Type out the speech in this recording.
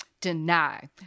deny